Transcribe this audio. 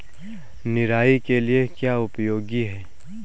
निराई के लिए क्या उपयोगी है?